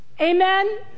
Amen